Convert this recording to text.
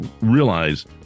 realize